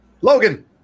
Logan